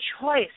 choice